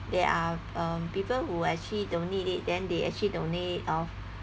there are uh people who actually don't need it then they actually donate it off